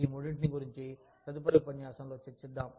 ఈ మూడింటిని గురించి తదుపరి ఉపన్యాసంలో చర్చిద్దాం